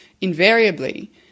invariably